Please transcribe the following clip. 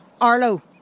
Arlo